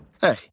Hey